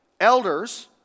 Elders